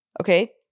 Okay